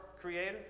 Creator